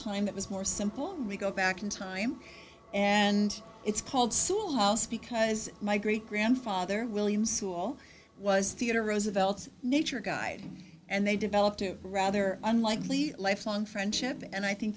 time that was more simple rico back in time and it's called sue moss because my great grandfather william school was theatre roosevelt nature guide and they developed a rather unlikely lifelong friendship and i think